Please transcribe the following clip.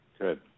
Good